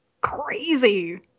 crazy